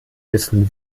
wissen